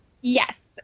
Yes